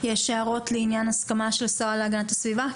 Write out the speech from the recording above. יש הערות לעניין ההסכמה של השרה להגנת הסביבה?